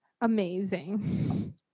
amazing